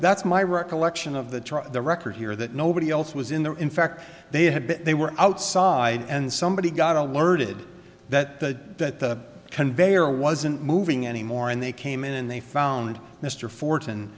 that's my recollection of the trial the record here that nobody else was in there in fact they had they were outside and somebody got alerted that the conveyor wasn't moving anymore and they came in and they found mr fort